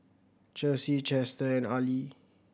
Cherise Chester and Arley